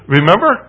Remember